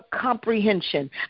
comprehension